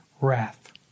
wrath